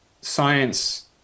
science